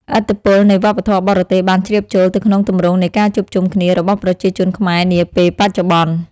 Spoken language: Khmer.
ឥទ្ធិពលនៃវប្បធម៌បរទេសបានជ្រាបចូលទៅក្នុងទម្រង់នៃការជួបជុំគ្នារបស់ប្រជាជនខ្មែរនាពេលបច្ចុប្បន្ន។